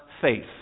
faith